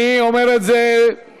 אני אומר לרשמות: